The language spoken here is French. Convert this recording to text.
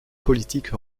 politique